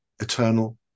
eternal